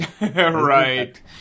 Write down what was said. Right